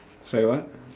sorry what